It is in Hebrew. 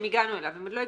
אם הגענו אליו.